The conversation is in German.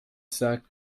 sagt